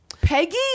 Peggy